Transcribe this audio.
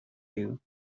you